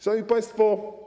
Szanowni Państwo!